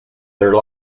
their